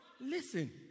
listen